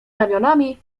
ramionami